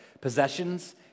possessions